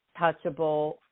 touchable